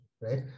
right